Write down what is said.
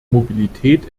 mobilität